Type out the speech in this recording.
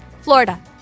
Florida